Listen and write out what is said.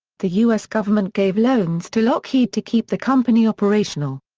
the u s. government gave loans to lockheed to keep the company operational.